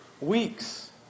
weeks